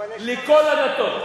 לכל הדתות.